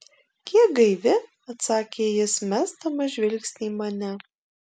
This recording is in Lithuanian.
kiek gaivi atsakė jis mesdamas žvilgsnį į mane